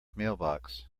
mailbox